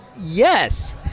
Yes